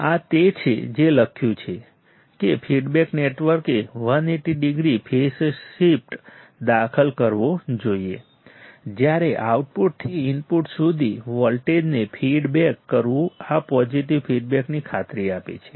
આ તે છે જે લખ્યું છે કે ફીડબેક નેટવર્કે 180 ડિગ્રી ફેઝ શિફ્ટ દાખલ કરવો જોઈએ જ્યારે આઉટપુટથી ઇનપુટ સુધી વોલ્ટેજને ફીડ બેક કરવું આ પોઝિટિવ ફીડબેકની ખાતરી આપે છે